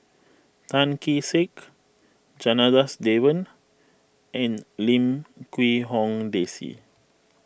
Tan Kee Sek Janadas Devan and Lim Quee Hong Daisy